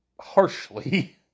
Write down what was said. harshly